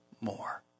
more